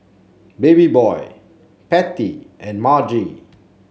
Babyboy Patty and Margy